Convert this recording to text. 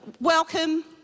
welcome